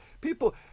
people